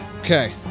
Okay